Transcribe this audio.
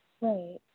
Right